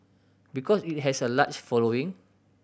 because it has a large following